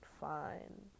fine